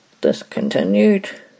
discontinued